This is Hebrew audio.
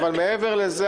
אבל מעבר לזה,